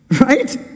right